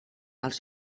els